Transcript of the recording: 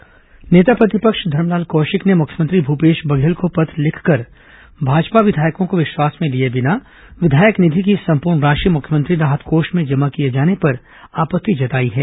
Kaushik CM पत्र नेता प्रतिपक्ष धरमलाल कौशिक ने मुख्यमंत्री भूपेश बघेल को पत्र लिखकर भाजपा विधायकों को विश्वास में लिए बिना विधायक निधि की संपूर्ण राशि मुख्यमंत्री राहत कोष में जमा किए जाने पर आपत्ति जताई है